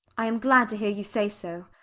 i am glad to hear you say so.